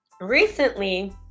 recently